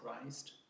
Christ